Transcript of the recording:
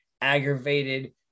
aggravated